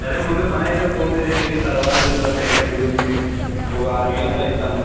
సరే ముందు పని అయితే పూర్తి చేయండి తర్వాత చూద్దాం పేమెంట్ గురించి ఒక ఆరు వేలు అట్లా ఇస్తాను